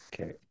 Okay